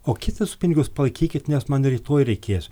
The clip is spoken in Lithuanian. o kitus pinigus palaikykit nes man rytoj reikės